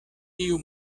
tiu